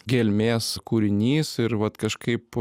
gelmės kūrinys ir vat kažkaip